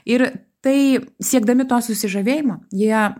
ir tai siekdami to susižavėjimo jie